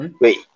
Wait